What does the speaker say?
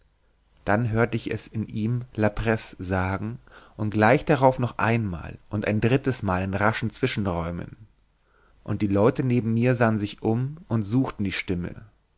dann hörte ich es in ihm la presse sagen und gleich darauf noch einmal und ein drittes mal in raschen zwischenräumen und die leute neben mir sahen sich um und suchten die stimme